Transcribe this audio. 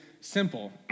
simple